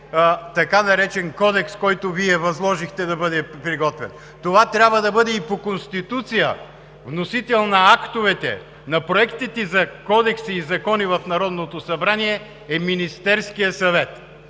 така наречен кодекс, който Вие възложихте да бъде изготвен. Това трябва да бъде и по Конституция – вносител на актовете, на проектите за кодекси и закони в Народното събрание е Министерският съвет.